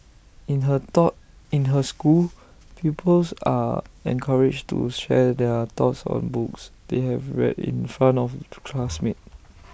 in her thought in her school pupils are encouraged to share their thoughts on books they have read in front of classmates